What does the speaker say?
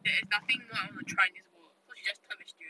there is nothing more I want to try in this world so she just turn vegetarian